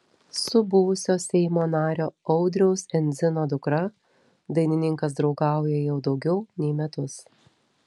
su buvusio seimo nario audriaus endzino dukra dainininkas draugauja jau daugiau nei metus